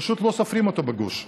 פשוט לא סופרים אותו בגוש.